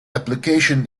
application